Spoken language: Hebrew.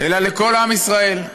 אלא לכל עם ישראל.